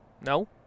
No